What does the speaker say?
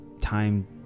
Time